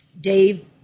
Dave